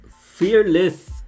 Fearless